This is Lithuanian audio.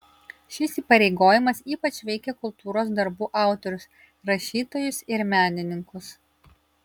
šis įpareigojimas ypač veikia kultūros darbų autorius rašytojus ir menininkus